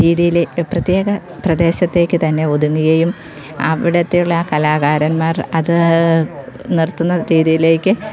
രീതിയിലേക്ക് പ്രത്യേക പ്രദേശത്തേക്ക് തന്നെ ഒതുങ്ങുകയും അവിടുത്തെയുള്ള ആ കലാകാരൻമാർ അത് നിർത്തുന്ന രീതിയിലേക്ക്